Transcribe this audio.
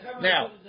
Now